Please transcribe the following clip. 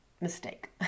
mistake